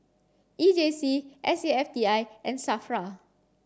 E J C S A F T I and SAFRA